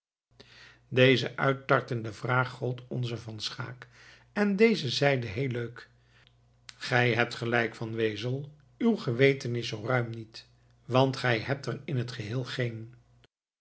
deze uittartende vraag gold onzen van schaeck en deze zeide heel leuk gij hebt gelijk van wezel uw geweten is zoo ruim niet want gij hebt er in het geheel geen